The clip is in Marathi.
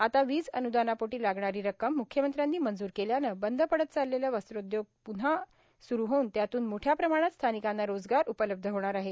आता वीज अनुदानापोटी लागणारी रक्कम मुख्यमंत्र्यांनी मंजूर केल्यानं बंद पडत चाललेलं वस्त्रोद्योग पुव्हा सुरू होऊन त्यातून मोठ्या प्रमाणात स्थानिकांना रोजगार उपलब्ध होणार आहे